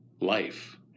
life